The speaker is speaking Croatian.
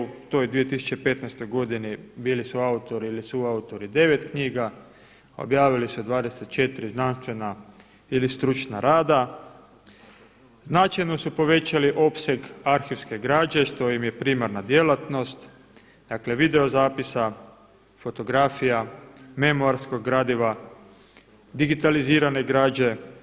U toj 2015. godini bili su autori ili su autori devet knjiga, objavili su 24 znanstvena ili stručna rada, značajno su povećali opseg arhivske građe što im je primarna djelatnost, dakle videozapisa, fotografija, memoarskog gradiva, digitalizirane građe.